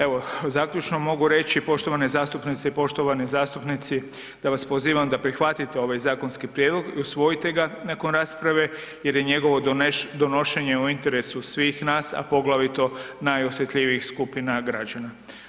Evo, zaključno mogu reći poštovane zastupnice i poštovani zastupnici da vas pozivam da prihvatit ovaj zakonski prijedlog i usvojite ga nakon rasprave jer je njegovo donošenje u interesu svih nas, a poglavito najosjetljivijih skupina građana.